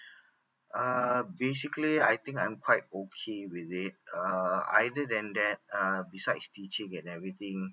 uh basically I think I'm quite okay with it uh either than that uh besides teaching and everything